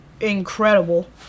incredible